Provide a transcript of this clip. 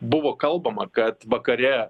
buvo kalbama kad vakare